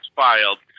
filed